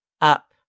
up